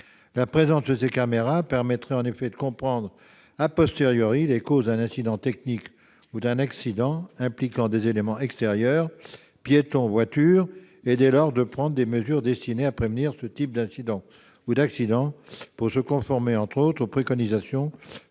La présence de ces caméras permettrait en effet de comprendre les causes d'un incident technique ou d'un accident impliquant des éléments extérieurs- piétons, voitures ... -et, dès lors, de prendre des mesures destinées à prévenir ce type d'incident ou d'accident, pour se conformer, notamment, aux préconisations du Bureau